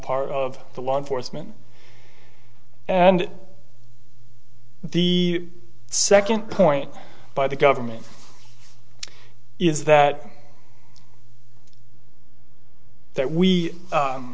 part of the law enforcement and the second point by the government is that that we